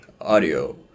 audio